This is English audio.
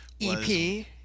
EP